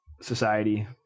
society